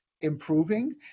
improving